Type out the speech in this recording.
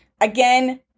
Again